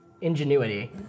ingenuity